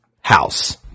house